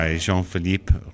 Jean-Philippe